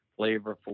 flavorful